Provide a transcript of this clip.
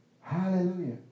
Hallelujah